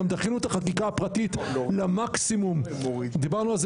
גם דחינו את החקיקה הפרטית למקסימום דיברנו על זה